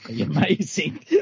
Amazing